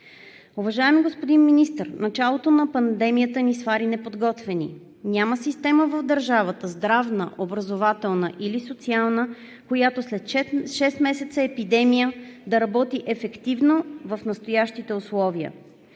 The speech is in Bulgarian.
Уважаеми господин Министър, началото на пандемията ни свари неподготвени. Няма система в държавата – здравна, образователна или социална, която след шест месеца епидемия да работи ефективно в настоящите условия.